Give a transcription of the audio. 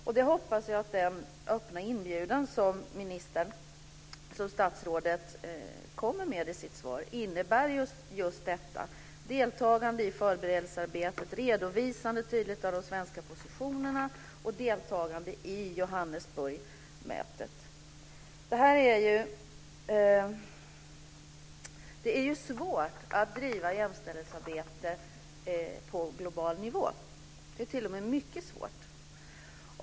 Jag hoppas att den öppna inbjudan som statsrådet kommer med i sitt svar innebär just detta - deltagande i förberedelsearbetet, tydligt redovisande av de svenska positionerna och deltagande i Det är svårt att bedriva jämställdhetsarbete på global nivå. Det är t.o.m. mycket svårt.